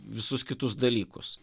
visus kitus dalykus